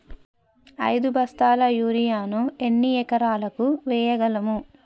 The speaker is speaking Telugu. ఐదు బస్తాల యూరియా ను ఎన్ని ఎకరాలకు వేయగలము?